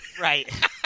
Right